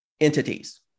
entities